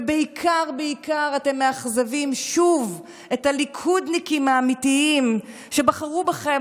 ובעיקר אתם מאכזבים שוב את הליכודניקים האמיתיים שבחרו בכם,